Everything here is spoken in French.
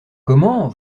comment